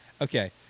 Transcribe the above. Okay